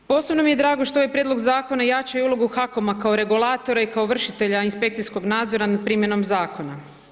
Posebno mi je drago što i ovaj prijedlog zakona jača i ulogu HAKOM-a kao regulatora i kao vršitelja inspekcijskog nadzora nad primjenom zakona.